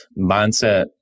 mindset